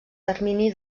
termini